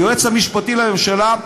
היועץ המשפטי לממשלה,